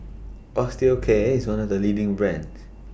Osteocare IS one of The leading brands